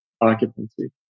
occupancy